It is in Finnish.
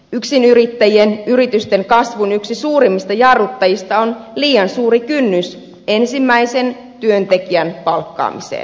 yksinyrittäjien yritysten kasvun yksi suurimmista jarruttajista on liian suuri kynnys ensimmäisen työntekijän palkkaamiseen